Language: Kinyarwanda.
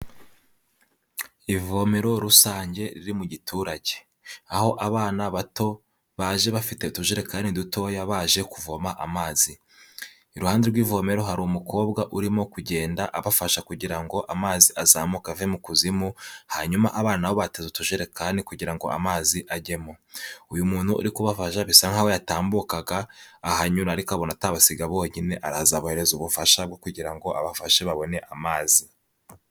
Ivomero rusange riri mu giturage aho abana bato baje bafite utujerekani dutoya baje kuvoma amazi, iruhande rw'ivomero hari umukobwa urimo kugenda abafasha kugira ngo amazi azamuka ave mu kuzimu, hanyuma abana na bo bateze utujerekani kugira ngo amazi ajyemo, uyu muntu uri kubabaja bisa nkaho yatambukaga ahanyura ariko abona atabasiga bonyine, araza abahereza ubufasha bwo kugira ngo abafashe babone amazi.